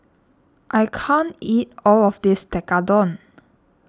I can't eat all of this Tekkadon